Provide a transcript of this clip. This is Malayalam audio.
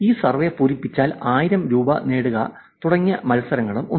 ഈ സർവേ പൂരിപ്പിച്ചാൽ 1000 രൂപ നേടുക തുടങ്ങിയ മത്സരങ്ങളും ഉണ്ട്